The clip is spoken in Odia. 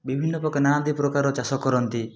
ବିଭିନ୍ନ ପ୍ରକାର ନାନାଦି ପ୍ରକାର ଚାଷ କରନ୍ତି